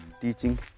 teaching